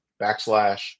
backslash